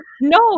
no